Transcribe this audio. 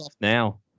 Now